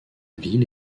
ville